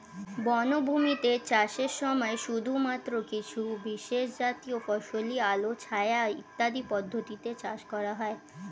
বনভূমিতে চাষের সময় শুধুমাত্র কিছু বিশেষজাতীয় ফসলই আলো ছায়া ইত্যাদি পদ্ধতিতে চাষ করা হয়